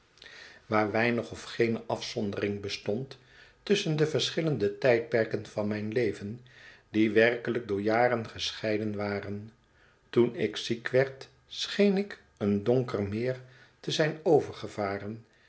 weinig of geene afzondering bestond tusschen de verschillende tijdperken van mijn leven die werkelijk door jaren gescheiden waren toen ik ziek werd scheen ik een donker meer te zijn